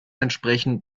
entsprechen